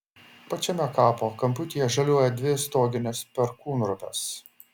pačiame kapo kamputyje žaliuoja dvi stoginės perkūnropės